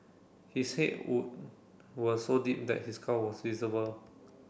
his head wound were so deep that his skull was visible